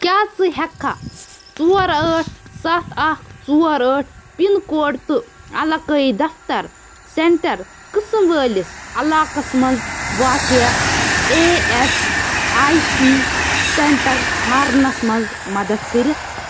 کیٛاہ ژٕ ہیٚکھا ژور ٲٹھ سَتھ اکھ ژور ٲٹھ پن کوڈ تہٕ علاقٲیی دفتر سینٹر قٕسم وٲلِس علاقس مَنٛز واقع E S I C centre ژھانڑنَس مَنٛز مدد کٔرِتھ